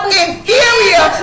inferior